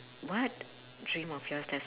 what dream of yours dies